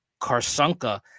Karsanka